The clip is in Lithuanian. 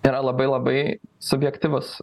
yra labai labai subjektyvus